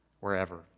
wherever